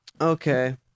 Okay